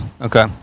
Okay